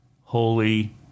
holy